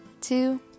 two